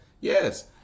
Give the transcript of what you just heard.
yes